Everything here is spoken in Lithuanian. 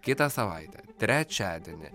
kitą savaitę trečiadienį